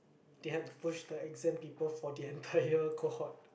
they had to push the exam paper for the entire cohort